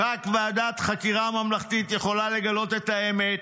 "רק ועדת חקירה ממלכתית יכולה לגלות את האמת,